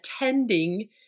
attending